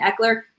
Eckler